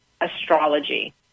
astrology